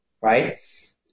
right